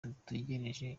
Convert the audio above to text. dutegereje